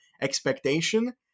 expectation